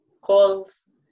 calls